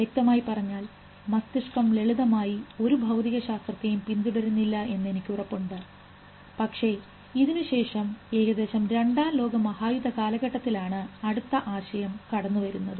വ്യക്തമായി പറഞ്ഞാൽ മസ്തിഷ്കം ലളിതമായി ഒരു ഭൌതിക ശാസ്ത്രത്തെയും പിന്തുടരുന്നില്ല എന്ന് എനിക്ക് ഉറപ്പുണ്ട് പക്ഷേ ഇതിനുശേഷം ഏകദേശം രണ്ടാം ലോക മഹായുദ്ധ കാലഘട്ടത്തിൽ ആണ് അടുത്ത ആശയം കടന്നുവരുന്നത്